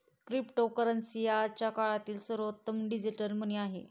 cryptocurrency आजच्या काळातील सर्वोत्तम डिजिटल मनी आहे